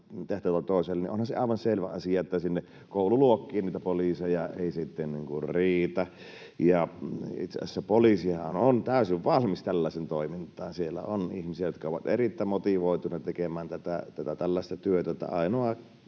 onhan se aivan selvä asia, että sinne koululuokkiin niitä poliiseja ei sitten riitä. Itse asiassa poliisihan on täysin valmis tällaiseen toimintaan. Siellä on ihmisiä, jotka ovat erittäin motivoituneita tekemään tätä tällaista työtä,